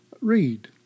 read